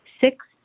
Six